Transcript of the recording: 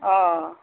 অঁ